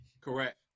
Correct